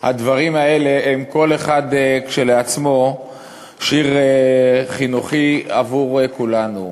הדברים האלה הם כל אחד כשלעצמו שיר חינוכי עבור כולנו.